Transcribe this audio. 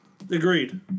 Agreed